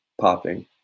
Popping